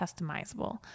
customizable